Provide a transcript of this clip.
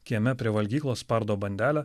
kieme prie valgyklos spardo bandelę